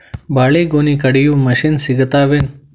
ಬಾಳಿಗೊನಿ ಕಡಿಯು ಮಷಿನ್ ಸಿಗತವೇನು?